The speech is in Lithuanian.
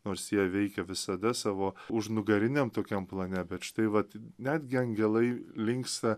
nors jie veikia visada savo užnugariniam tokiam plane bet štai vat netgi angelai linksta